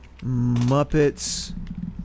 Muppets